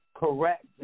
Correct